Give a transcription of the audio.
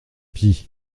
pis